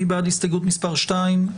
מי בעד הסתייגות מספר 2?